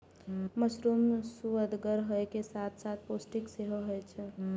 mushroom सुअदगर होइ के साथ साथ पौष्टिक सेहो होइ छै